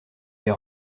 les